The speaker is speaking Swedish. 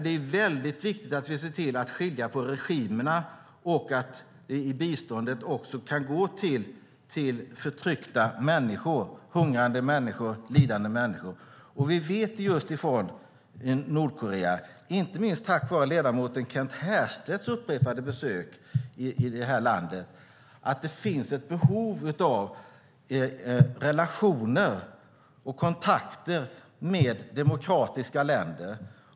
Det är väldigt viktigt att vi ser till att skilja på regimerna och att biståndet går till förtryckta, hungrande och lidande människor. Vi vet just från Nordkorea, inte minst tack vare ledamoten Kent Härstedts upprepade besök i landet, att det finns ett behov av relationer och kontakter med demokratiska länder.